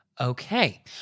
okay